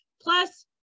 plus